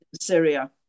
Syria